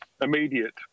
immediate